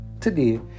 Today